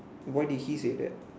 why did he say that